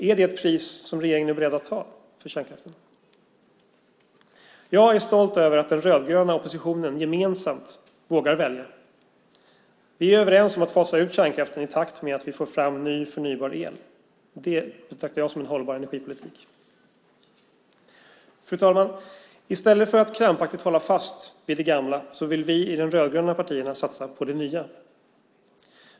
Är det ett pris som regeringen är beredd att betala för kärnkraften? Jag är stolt över att den rödgröna oppositionen gemensamt vågar välja. Vi är överens om att fasa ut kärnkraften i takt med att vi får fram ny förnybar el. Det betraktar jag som en hållbar energipolitik. Fru talman! I stället för att krampaktigt hålla fast vid det gamla vill vi i de rödgröna partierna satsa på det nya.